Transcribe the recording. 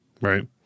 right